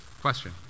Question